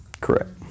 correct